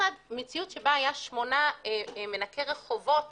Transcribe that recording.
מציאות שבה היו שמונה מנקי רחובות